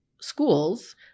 schools